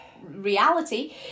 reality